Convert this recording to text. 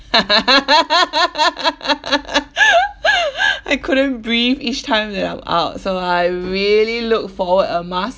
I couldn't breathe each time that I'm out so I really look forward a mask